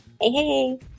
Hey